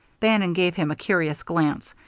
bannon gave him a curious glance,